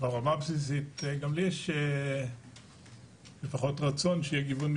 ברמה הבסיסית גם לי יש לפחות רצון שיהיה גיוון מגדרי,